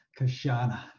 Kashana